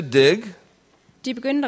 dig